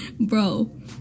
Bro